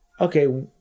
okay